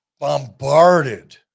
Bombarded